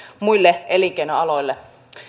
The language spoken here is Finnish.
muille elinkeinoaloille